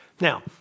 Now